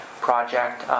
project